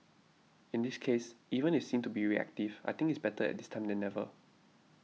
in this case even if seen to be reactive I think it's better at this time than never